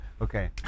Okay